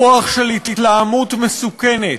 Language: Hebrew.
רוח של התלהמות מסוכנת,